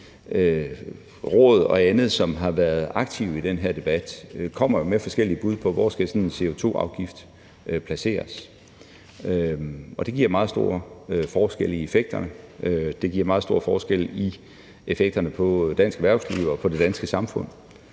råd og andre, som har været aktive i den her debat, kommer med forskellige bud på, hvor en sådan CO2-afgift skal placeres. Det giver meget store forskelle i effekterne. Det giver meget stor